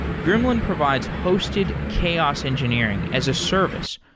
gremlin provides hosted-chaos engineering as a service,